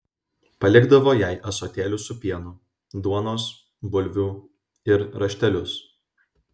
palikdavo jai ąsotėlius su pienu duonos bulvių ir raštelius